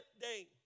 day